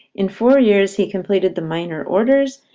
in four years he completed the minor orders,